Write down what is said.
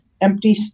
empty